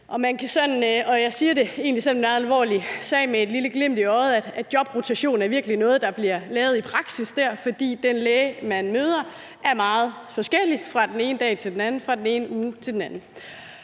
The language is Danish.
Jeg siger det egentlig sådan meget alvorligt ment, men med et lille glimt i øjet, at jobrotation virkelig er noget, der bliver lavet i praksis der, for de læger, man møder, er meget forskellige fra den ene dag til den anden og fra den ene uge til den anden.